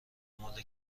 مال